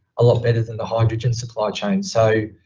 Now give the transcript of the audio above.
a lot better than the hydrogen supply chain. so,